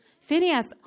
Phineas